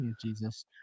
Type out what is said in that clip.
Jesus